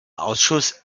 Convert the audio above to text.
ausschuss